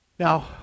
Now